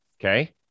Okay